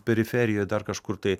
periferijoj dar kažkur tai